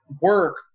work